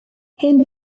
hen